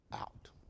out